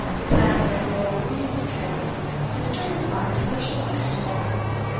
the clamour of your old women's tales disturbs my devotional exercises.